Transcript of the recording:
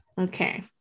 Okay